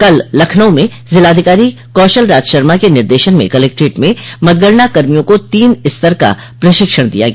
कल लखनऊ में जिलाधिकारी कौशलराज शर्मा के निर्देशन में कलेक्ट्रेट में मतगणना कर्मियों को तीन स्तर का प्रशिक्षण दिया गया